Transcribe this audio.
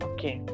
Okay